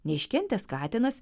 neiškentęs katinas